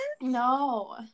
No